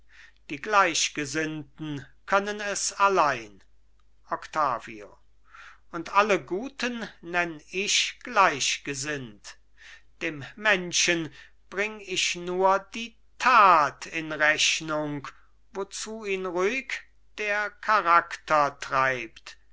die gleichgesinnten können es allein octavio und alle guten nenn ich gleichgesinnt dem menschen bring ich nur die tat in rechnung wozu ihn ruhig der charakter treibt